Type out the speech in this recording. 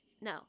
No